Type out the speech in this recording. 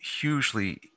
hugely